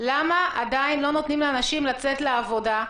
למה לא נותנים לאנשים לצאת לעבודה?